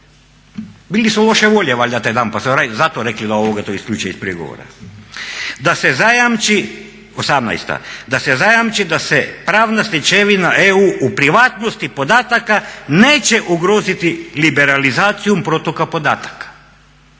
Bili su loše volje valjda taj dan pa su zato rekli da to isključe iz pregovora. 18.da se zajamči da se pravna stečevina EU u privatnosti podataka neće ugroziti liberalizacijom protoka podataka.